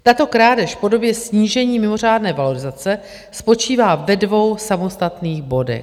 Tato krádež v podobě snížení mimořádné valorizace spočívá ve dvou samostatných bodech.